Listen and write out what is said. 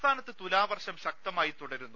സംസ്ഥാനത്ത് തുലാവർഷം ശക്തമായി തുടരുന്നു